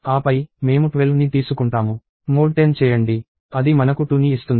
ఆపై మేము 12 ని తీసుకుంటాము మోడ్ 10 చేయండి అది మనకు 2 ని ఇస్తుంది